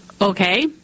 Okay